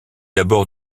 abords